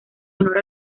honor